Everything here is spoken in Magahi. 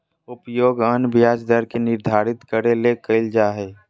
उपयोग अन्य ब्याज दर के निर्धारित करे ले कइल जा हइ